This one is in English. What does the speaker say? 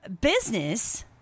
business